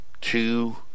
two